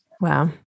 Wow